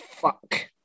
Fuck